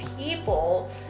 people